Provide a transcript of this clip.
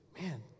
Man